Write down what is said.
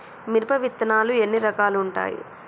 మిరప విత్తనాలు ఎన్ని రకాలు ఉంటాయి?